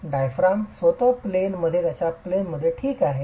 diaphragm स्वतः plane मध्ये त्याच्या प्लेन मध्ये ठीक आहे